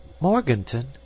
Morganton